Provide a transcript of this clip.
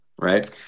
right